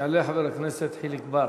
יעלה חבר הכנסת חיליק בר.